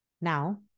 Now